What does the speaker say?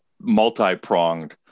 multi-pronged